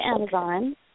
Amazon